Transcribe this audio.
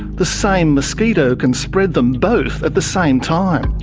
the same mosquito can spread them both at the same time.